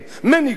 מניקות,